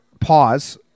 pause